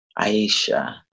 Aisha